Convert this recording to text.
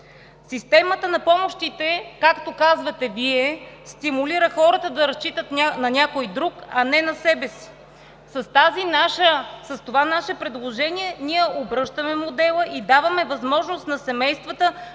Системата на помощите, както казвате Вие, стимулира хората да разчитат на някой друг, а не на себе си. С това наше предложение, ние обръщаме модела и даваме възможност на семействата